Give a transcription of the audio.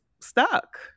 stuck